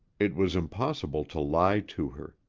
it was impossible to lie to her.